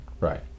Right